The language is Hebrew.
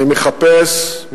אני מחפש,